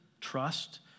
trust